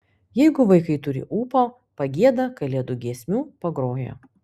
jeigu vaikai turi ūpo pagieda kalėdų giesmių pagroja